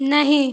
नहीं